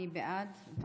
מי בעד?